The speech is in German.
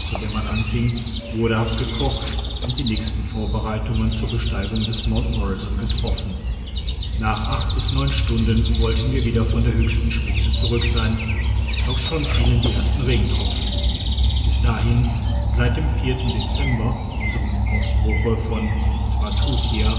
anfing wurde abgekocht und die nächsten vorbereitungen zur besteigung des mt morrison getroffen nach bis neun stunden wollten wir wieder von der höchsten spitze zurück sein doch schon fielen die ersten regentropfen bis dahin seit dem dezember unserem aufbruche von